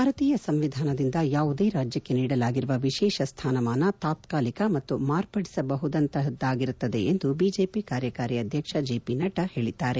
ಭಾರತೀಯ ಸಂವಿಧಾನದಿಂದ ಯಾವುದೇ ರಾಜ್ಯಕ್ಷೆ ನೀಡಲಾಗಿರುವ ವಿಶೇಷ ಸ್ಮಾನಮಾನ ತಾತ್ಕಾಲಿಕ ಮತ್ತು ಮಾರ್ಪಡಿಸಬಹುದಂತಹದ್ದಾಗಿರುತ್ತದೆ ಎಂದು ಬಿಜೆಪಿ ಕಾರ್ಯಕಾರಿ ಅಧ್ಯಕ್ಷ ಜೆ ಪಿ ನಡ್ಡಾ ಹೇಳಿದ್ದಾರೆ